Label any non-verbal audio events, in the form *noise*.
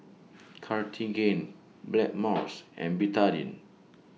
*noise* Cartigain *noise* Blackmores and Betadine